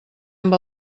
amb